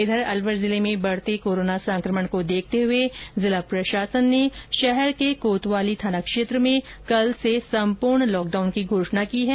उधर अलवर जिले में बढ़ते कोरोना संकमण को देखते हुए जिला प्रशासन ने शहर के कोतवाली थाना क्षेत्र में कल से संपूर्ण लॉकडाउन की घोषणा की की है